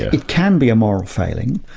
it can be a moral failing.